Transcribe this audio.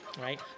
right